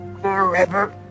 forever